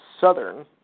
Southern